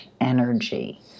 energy